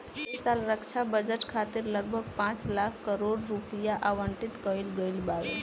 ऐ साल रक्षा बजट खातिर लगभग पाँच लाख करोड़ रुपिया आवंटित कईल गईल बावे